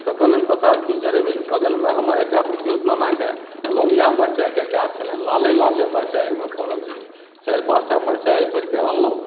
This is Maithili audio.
तऽ कहलैन्ह प्रसाद की चढ़ेबै बगलमे हमर एकटा पितियौत नानाके लौङ्गिया मिरचाइके गाछ छलैन्ह लाले लाले मिरचाइ ओहिमे फड़ल छलै चारि पाँच टा मिरचाइ तोड़िके अनलहुँ